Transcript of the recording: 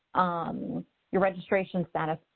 um your registration status,